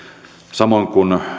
samoin kuin